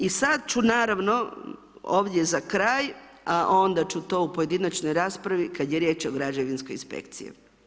I sada ću naravno, ovdje za kraj, a onda ću to u pojedinačnoj raspravi, kada je riječ o građevinskoj inspekciji.